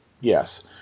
Yes